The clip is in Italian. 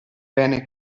bene